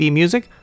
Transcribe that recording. music